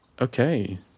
Okay